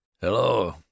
Hello